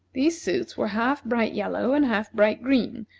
these suits were half bright yellow and half bright green,